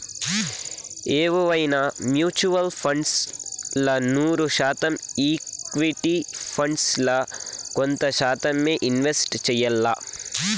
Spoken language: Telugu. ఎవువైనా మ్యూచువల్ ఫండ్స్ ల నూరు శాతం ఈక్విటీ ఫండ్స్ ల కొంత శాతమ్మే ఇన్వెస్ట్ చెయ్యాల్ల